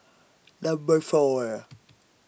Number four